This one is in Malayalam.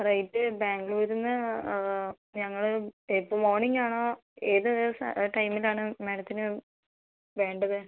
റേറ്റ് ബാംഗ്ളൂരിൽനിന്ന് ഞങ്ങൾ ഇപ്പം മോർണിങ് ആണോ ഏത് ദിവസമാണ് ടൈമിലാണ് മാഡത്തിന് വേണ്ടത്